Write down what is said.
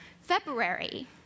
February